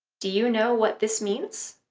do you know what this means?